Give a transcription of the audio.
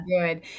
good